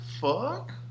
fuck